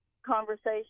conversation